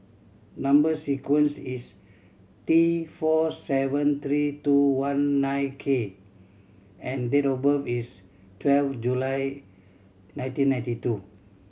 number sequence is T four seven three two one nine K and date of birth is twelve July nineteen ninety two